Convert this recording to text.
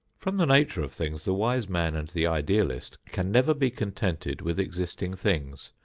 from the nature of things the wise man and the idealist can never be contented with existing things,